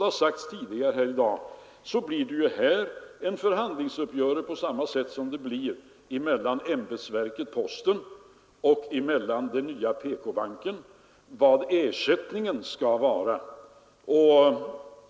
Som har sagts här tidigare i dag blir det en förhandlingsfråga vad ersättningen skall vara, på samma sätt som det blir det mellan ämbetsverket posten och den nya PK-banken.